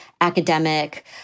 academic